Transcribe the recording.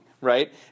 right